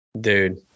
Dude